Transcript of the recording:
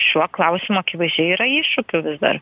šiuo klausimu akivaizdžiai yra iššūkių vis dar